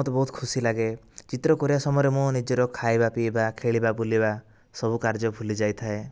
ମୋତେ ବହୁତ ଖୁସି ଲାଗେ ଚିତ୍ର କରିବା ସମୟରେ ମୁଁ ନିଜର ଖାଇବା ପିଇବା ଖେଳିବା ବୁଲିବା ସବୁ କାର୍ଯ୍ୟ ଭୁଲି ଯାଇଥାଏ